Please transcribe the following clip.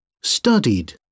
Studied